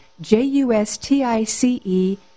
J-U-S-T-I-C-E